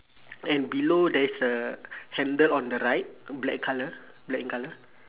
and below there is a handle on the right black colour black in colour